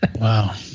Wow